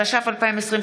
התש"ף 2020,